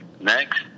Next